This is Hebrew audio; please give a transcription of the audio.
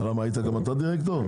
היית גם אתה דירקטור?